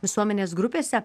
visuomenės grupėse